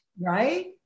right